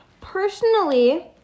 Personally